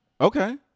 Okay